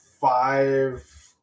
five